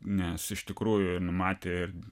nes iš tikrųjų ir numatė ir